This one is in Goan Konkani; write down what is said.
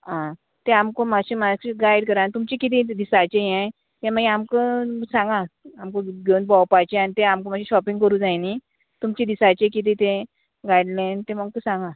आं तें आमकां मात्शें मात्शें गायड करा आनी तुमचें किदें दिसाचें हें तें मागी आमकां सांगा आमकां घेवन भोंवपाचें आनी तें आमकां मात्शें शॉपिंग करूं जाय न्ही तुमचें दिसाचें किदें तें गायडलायन तें म्हाका सांगा